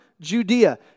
Judea